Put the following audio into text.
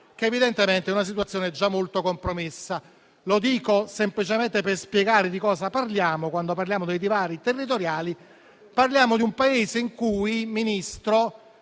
che evidentemente è già molto compromessa. Lo dico semplicemente per spiegare di cosa parliamo quando trattiamo dei divari territoriali. Parliamo di un Paese in cui, signor